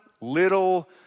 little